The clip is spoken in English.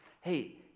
Hey